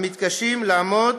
המתקשים לעמוד